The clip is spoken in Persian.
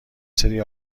سری